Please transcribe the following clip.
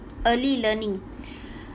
early learning